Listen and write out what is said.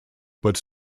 but